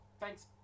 Thanks